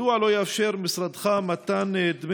רצוני לשאול: מדוע לא יאפשר משרדך מתן דמי